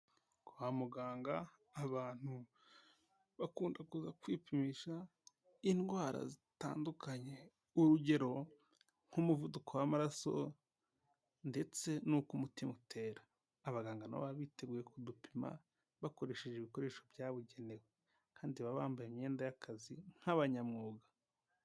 Kwa muganga abantu bakunda kuza kwipimisha indwara zitandukanye, urugero: nk'umuvuduko w'amaraso ndetse n'uko umutima utera. Abaganga na bo baba biteguye kudupima bakoresheje ibikoresho byabugenewe kandi baba bambaye imyenda y'akazi nk'abanyamwuga.